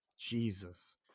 Jesus